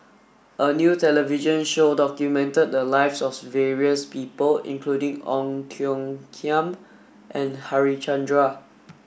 a new television show documented the lives of various people including Ong Tiong Khiam and Harichandra